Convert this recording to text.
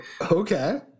okay